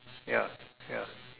ya ya